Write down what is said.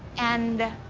and